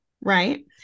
Right